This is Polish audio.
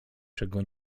czego